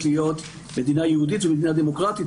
להיות מדינה יהודית ומדינה דמוקרטית,